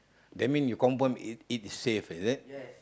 that mean you confirm it it safe is it